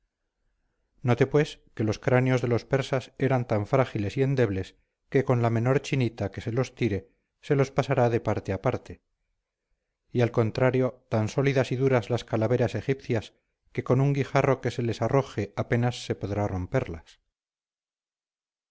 egipcios noté pues que los cráneos de los persas eran tan frágiles y endebles que con la menor chinita que se los tire se los pasará de parte a parte y al contrario tan sólidas y duras las calaveras egipcias que con un guijarro que se les arroje apenas se podrá romperlas